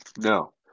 No